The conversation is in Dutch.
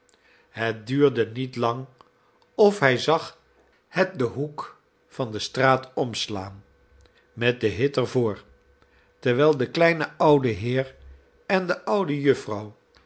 het duurde niet lang of hij zag het den hoek van de straat omslaan met den hit er voor terwijl de kleine oude heer en de oude jufvrouw